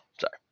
sorry